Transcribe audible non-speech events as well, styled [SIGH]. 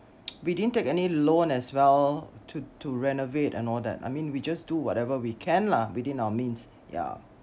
[NOISE] we didn't take any loan as well to to renovate and all that I mean we just do whatever we can lah within our means yeah